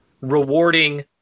rewarding